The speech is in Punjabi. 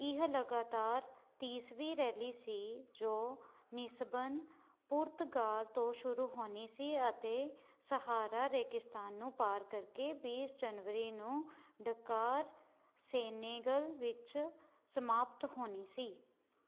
ਇਹ ਲਗਾਤਾਰ ਤੀਹਵੀਂ ਰੈਲੀ ਸੀ ਜੋ ਲਿਸਬਨ ਪੁਰਤਗਾਲ ਤੋਂ ਸ਼ੁਰੂ ਹੋਣੀ ਸੀ ਅਤੇ ਸਹਾਰਾ ਰੇਗਿਸਤਾਨ ਨੂੰ ਪਾਰ ਕਰਕੇ ਵੀਹ ਜਨਵਰੀ ਨੂੰ ਡਕਾਰ ਸੇਨੇਗਲ ਵਿੱਚ ਸਮਾਪਤ ਹੋਣੀ ਸੀ